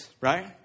right